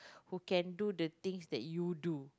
who can do the things that you do